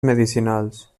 medicinals